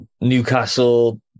Newcastle